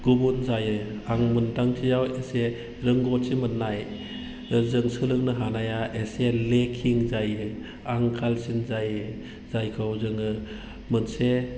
गुबुन जायो आं मोन्दांथियाव एसे रोंगौथि मोननाय जों सोलोंनो हानाया एसे लेकिं जायो आंखालसिन जायो जायखौ जोङो मोनसे